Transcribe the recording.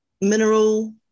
Mineral